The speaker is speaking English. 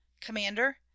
Commander